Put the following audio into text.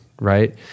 right